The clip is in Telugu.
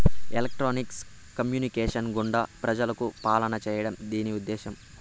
ఎలక్ట్రానిక్స్ కమ్యూనికేషన్స్ గుండా ప్రజలకు పాలన చేయడం దీని ఉద్దేశం